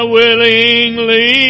willingly